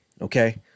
okay